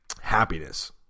happiness